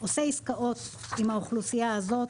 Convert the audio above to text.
עושה עסקאות עם האוכלוסייה הזאת,